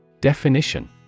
Definition